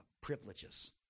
privileges